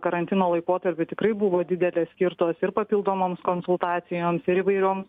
karantino laikotarpiu tikrai buvo didelės skirtos ir papildomoms konsultacijoms ir įvairioms